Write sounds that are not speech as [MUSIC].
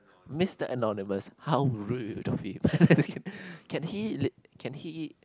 Mister Anonymous how rude of him [LAUGHS] can he [NOISE] can he